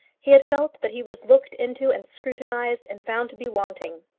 he had felt that he was looked into and scrutinised, and found to be wanting.